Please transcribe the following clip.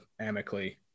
amicably